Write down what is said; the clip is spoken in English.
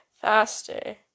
faster